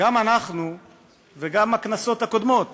גם אנחנו וגם הכנסות הקודמות